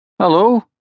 Hello